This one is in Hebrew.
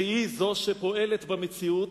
שהיא זו שפועלת במציאות,